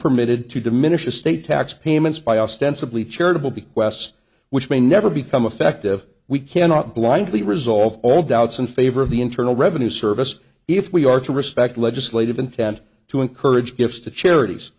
permitted to diminish estate tax payments by ostensibly charitable bequests which may never become effective we cannot blindly resolve all doubts in favor of the internal revenue service if we are to respect legislative intent to encourage gifts to charities